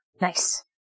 Nice